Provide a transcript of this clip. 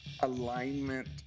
alignment